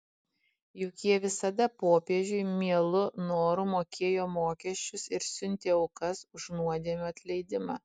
juk jie visada popiežiui mielu noru mokėjo mokesčius ir siuntė aukas už nuodėmių atleidimą